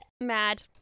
Mad